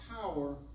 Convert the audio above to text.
power